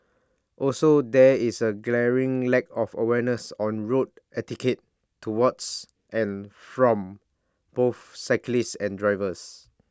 also there is A glaring lack of awareness on road etiquette towards and from both cyclists and drivers